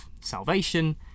salvation